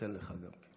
אתן לך גם.